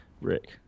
Rick